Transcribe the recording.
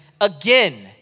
again